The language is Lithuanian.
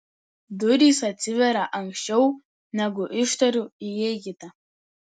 durys atsiveria anksčiau negu ištariu įeikite